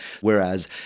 Whereas